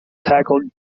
tackle